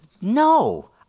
no